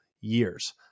years